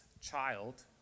child